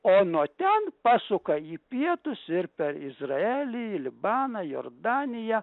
o nuo ten pasuka į pietus ir per izraelį libaną jordaniją